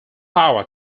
power